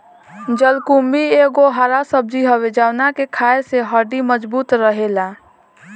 जलकुम्भी एगो हरा सब्जी हवे जवना के खाए से हड्डी मबजूत रहेला